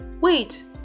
Wait